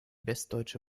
westdeutsche